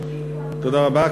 תודה רבה.